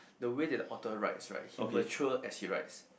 the way that the author write right he mature as he writes